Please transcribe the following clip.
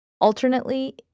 Alternately